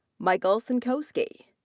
michael cinkoske,